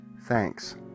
thanks